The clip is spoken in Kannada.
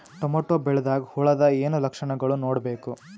ಟೊಮೇಟೊ ಬೆಳಿದಾಗ್ ಹುಳದ ಏನ್ ಲಕ್ಷಣಗಳು ನೋಡ್ಬೇಕು?